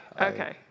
Okay